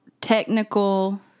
technical